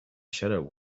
shadow